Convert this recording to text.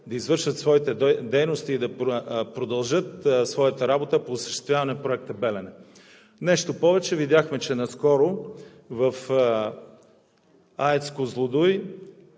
да извършат своите дейности и да продължат работата си по осъществяване на проекта „Белене“. Нещо повече, видяхме, че наскоро в АЕЦ „Козлодуй“